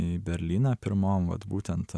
į berlyną pirmom vat būtent